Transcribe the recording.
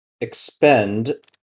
Expend